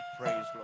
praise